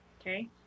okay